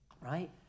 right